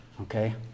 okay